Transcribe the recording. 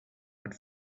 could